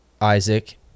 Isaac